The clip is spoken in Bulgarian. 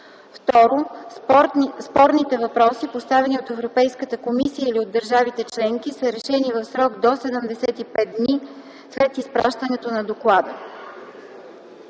2. спорните въпроси, поставени от Европейската комисия или от държавите членки, са решени в срок до 75 дни след изпращането на доклада.”